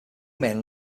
mailing